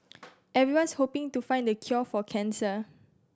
everyone's hoping to find the cure for cancer